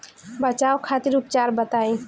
बचाव खातिर उपचार बताई?